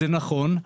זה נכון,